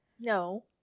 No